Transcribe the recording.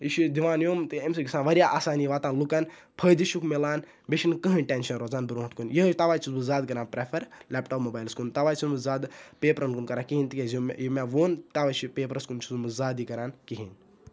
یہِ چھُ دِوان یُم تہِ امہِ سۭتۍ چھُ گَژھان واریاہ آسانی واتان لُکَن پھٲیدٕ چھُکھ مِلان بیٚیہِ چھُنہٕ کہیٖنۍ ٹٮ۪نشَن روزان برونٛٹھ کُن یِہے تَوے چھُس بہٕ زیادٕ کَران پرٮ۪فَر لیپٹاپ مُبایِلَس کُن تَوے چھُس نہٕ بہٕ زیادٕ پیپرَن کُن کَران کہیٖنۍ تکیازِ یہِ مےٚ ووٚن تَوے چھُ یہِ پیپرَس کُن چھُس نہٕ بہٕ زیادٕ یہِ کَران کِہیٖنۍ